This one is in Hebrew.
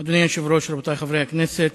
אדוני היושב-ראש, רבותי חברי הכנסת,